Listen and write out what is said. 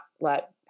let